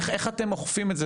איך אתם אוכפים את זה?